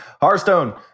hearthstone